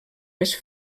més